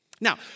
Now